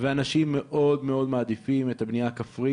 לעניין ניצול הכסף, הכסף